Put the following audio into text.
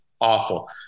awful